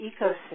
ecosystem